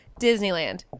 Disneyland